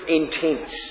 intense